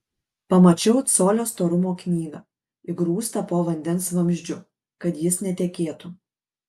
pamačiau colio storumo knygą įgrūstą po vandens vamzdžiu kad jis netekėtų